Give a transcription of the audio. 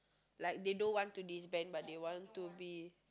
like they don't want to disband but they want to be